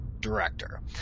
director